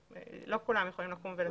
לא כולם יכולים לקום ולצאת.